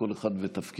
כל אחד ותפקידו,